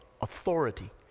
authority